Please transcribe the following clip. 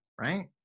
right